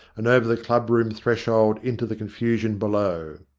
and over the club-room threshold into the confusion below.